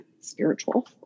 spiritual